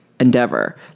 Endeavor